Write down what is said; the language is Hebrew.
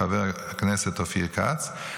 חבר הכנסת אופיר כץ,